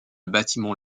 bâtiment